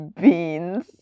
beans